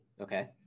Okay